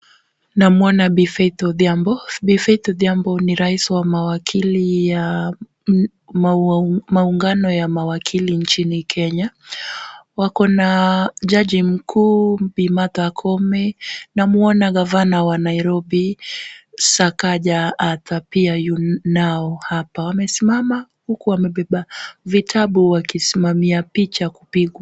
Namwona Bi. Faith Odhiambo. Bi. Faith Odhiambo ni rais wa mawakili ya maungano ya mawakili nchini Kenya. Wako na jaji mkuu Bi. Martha Koome. Namwona gavana wa Nairobi Sakaja hata pia yu nao hapo. Wamesimama huku wamebeba vitabu wakisimamia picha kupigwa.